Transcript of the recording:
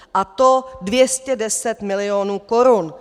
A to 210 milionů korun.